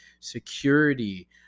security